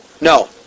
No